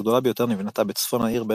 הגדולה ביותר נבנתה בצפון העיר בין